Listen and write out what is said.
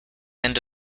end